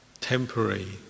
temporary